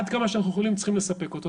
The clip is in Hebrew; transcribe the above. עד כמה שאנחנו יכולים צריכים לספק אותו,